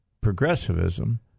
progressivism